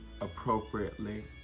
appropriately